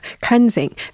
cleansing